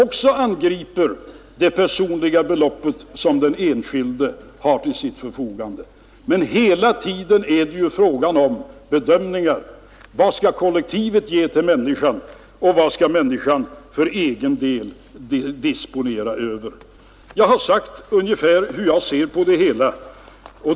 Detta angriper också det personliga belopp som den enskilde har till sitt förfogande. Hela tiden är det ju fråga om bedömningar: Vad skall kollektivet ge till människan och vad skall människan för egen del disponera över? Jag har sagt ungefär hur jag ser på det hela.